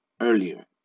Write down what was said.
earlier